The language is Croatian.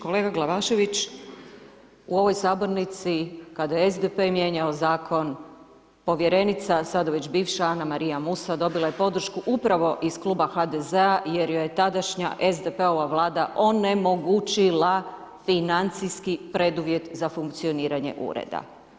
Kolega Glavašević u ovoj sabornici kada je SDP mijenjao zakon, povjerenica, sada već bivša Anamarija Musa dobila je podršku upravo iz Kluba HDZ-a jer joj je tadašnja SDP-ova vlada onemogućila financijski preduvjet za funkcioniranje ureda.